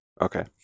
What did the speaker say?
Okay